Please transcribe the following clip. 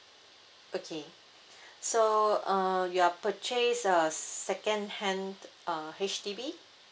okay so uh you are purchase a second hand uh H_D_B